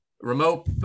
remote